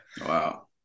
Wow